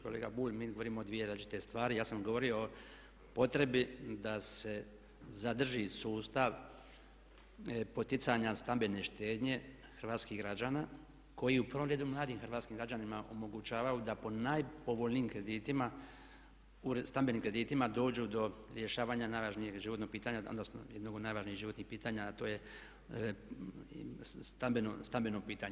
Kolega Bulj mi govorimo o dvije različite stvari, ja sam govorio o potrebi da se zadrži sustav poticanja stambene štednje hrvatskih građana koji u prvom redu mladim hrvatskim građanima omogućavaju da po najpovoljnijim kreditima, stambenim kreditima dođu do rješavanja najvažnijeg životnog pitanja, odnosno jednog od najvažnijih životnih pitanja a to je stambeno pitanje.